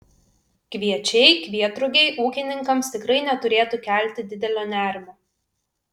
kviečiai kvietrugiai ūkininkams tikrai neturėtų kelti didelio nerimo